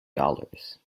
dollars